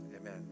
Amen